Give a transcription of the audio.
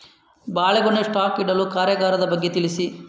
ಬಾಳೆಗೊನೆ ಸ್ಟಾಕ್ ಇಡುವ ಕಾರ್ಯಗಾರದ ಬಗ್ಗೆ ತಿಳಿಸಿ